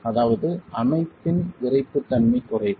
அதாவது அமைப்பின் விறைப்புத் தன்மை குறைப்பு